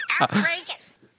Outrageous